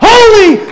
Holy